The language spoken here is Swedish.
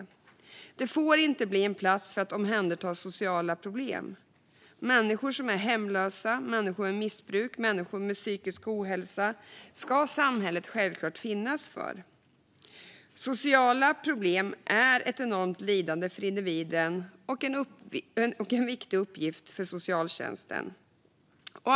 Biblioteket får inte bli en plats för att omhänderta sociala problem, även om samhället självklart ska finnas för människor som är hemlösa, människor med missbruk och människor med psykisk ohälsa. Sociala problem är ett enormt lidande för individen och en viktig uppgift för socialtjänsten.